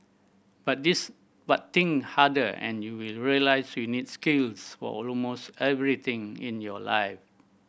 but this but think harder and you will realise you need skills for almost everything in your life